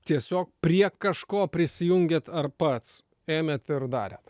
tiesiog prie kažko prisijungėt ar pats ėmėt ir darėt